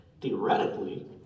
Theoretically